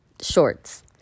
shorts